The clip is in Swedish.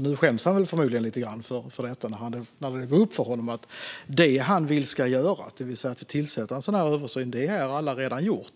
Nu skäms han förmodligen lite grann när det går upp för honom att det som han vill ska göras, det vill säga tillsättande av en utredning om översyn, redan har gjorts.